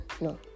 no